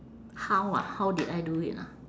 how ah how did I do it ah